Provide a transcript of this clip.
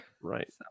Right